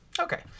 okay